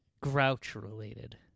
Grouch-related